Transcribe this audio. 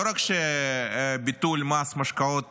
לא רק שביטול מס על משקאות